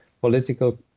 political